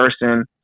person